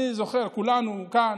אני זוכר, כולנו כאן,